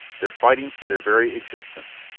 they're fighting for their very existence.